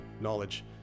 knowledge